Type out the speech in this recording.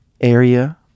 area